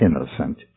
innocent